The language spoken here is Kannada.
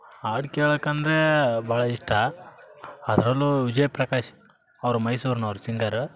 ಹಾಡು ಕೇಳೋಕಂದ್ರೆ ಭಾಳ ಇಷ್ಟ ಅದರಲ್ಲೂ ವಿಜಯಪ್ರಕಾಶ್ ಅವ್ರು ಮೈಸೂರ್ನೋರು ಸಿಂಗರು